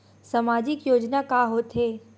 सामाजिक योजना का होथे?